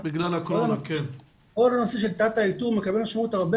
כל הנושא של תת האיתור מקבל משמעות הרבה